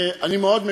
אני מאוד מקווה,